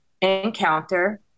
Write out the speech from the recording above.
encounter